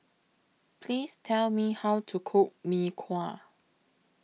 Please Tell Me How to Cook Mee Kuah